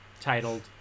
titled